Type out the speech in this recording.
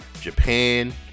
Japan